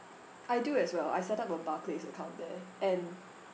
I do as well I set up a barclays account there and